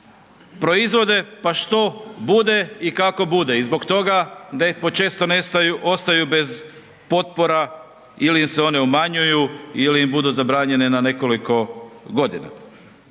proizvode, pa što bude i kako bude i zbog toga da ih počesto ostaju bez potpora ili im se one umanjuju ili im budu zabranjene na nekoliko godina.